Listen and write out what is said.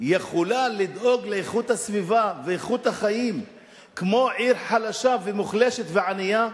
יכולה לדאוג לאיכות הסביבה ואיכות החיים כמו עיר חלשה ומוחלשת וענייה?